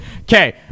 okay